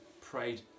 prayed